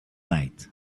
night